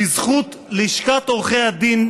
בזכות לשכת עורכי הדין,